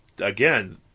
again